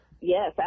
Yes